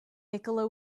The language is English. nikola